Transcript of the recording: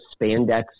spandex